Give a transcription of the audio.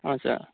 हजुर